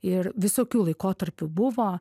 ir visokių laikotarpių buvo